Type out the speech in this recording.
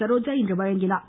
சரோஜா இன்று வழங்கினார்